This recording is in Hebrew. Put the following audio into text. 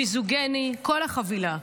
מיזוגיני כל החבילה.